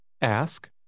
Ask